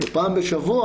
ופעם בשבוע